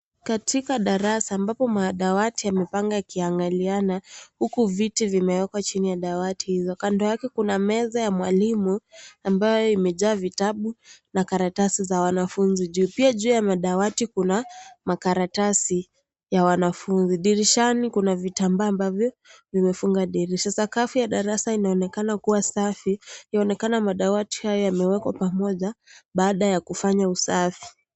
Katikati darasa ambapo madawati yamepangwa yakiangaliana huku viti vimewekwa chini ya dawati hizo. Kando yake kuna meza ya mwalimu ambayo imejaa vitabu na karatasi za wanafunzi, pia juu ya madawati kuna makaratasi ya wanafunzi. Dirishani kuna vitambaa ambavyo vimefunga dirisha. Sakafu ya darasa inaonekana kuwa safi, inaonekana madawati haya yamewekwa pamoja baada ya kufanya usafi.